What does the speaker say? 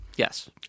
Yes